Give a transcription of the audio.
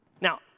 Now